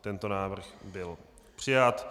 Tento návrh byl přijat.